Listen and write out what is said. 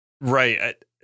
Right